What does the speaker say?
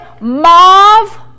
mauve